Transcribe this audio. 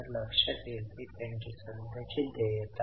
जे खाती परिचित आहेत त्यांचे खात्यावर नजर आहे